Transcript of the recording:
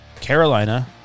Carolina